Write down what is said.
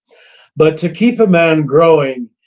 but to keep a man growing,